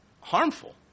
harmful